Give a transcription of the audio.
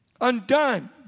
undone